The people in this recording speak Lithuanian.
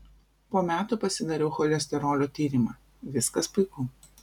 po metų pasidariau cholesterolio tyrimą viskas puiku